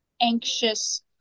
anxious